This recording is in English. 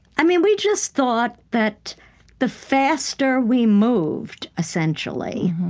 i mean, we just thought that the faster we moved, essentially,